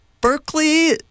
Berkeley